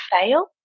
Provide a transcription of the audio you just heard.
fail